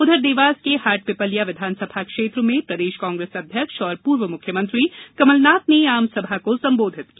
उधर देवास के हाटपिपल्या विधानसभा क्षेत्र में प्रदेश कांग्रेस अध्यक्ष और पूर्व मुख्यमंत्री कमलनाथ ने आमसभा को संबोधित किया